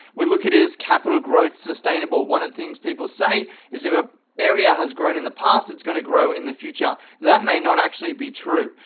we look at is capital growth sustainable? one of the things people say is if an ah area has grown in the past, it's going to grow in the future. that may not actually be true.